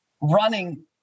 running